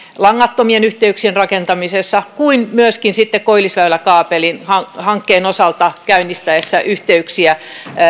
langattomien yhteyksien rakentamisessa kuin myöskin sitten koillisväylä kaapelin hankkeen osalta käynnistäessämme yhteyksiä